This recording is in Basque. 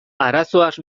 arazoaz